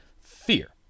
fear